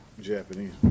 Japanese